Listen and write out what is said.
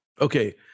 Okay